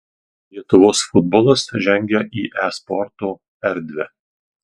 lietuvos futbolas žengia į e sporto erdvę